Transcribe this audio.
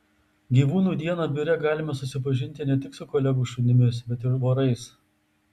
gyvūnų dieną biure galima susipažinti ne tik su kolegų šunimis bet ir vorais